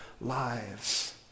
lives